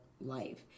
life